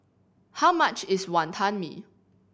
how much is Wonton Mee